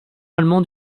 allemand